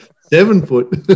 seven-foot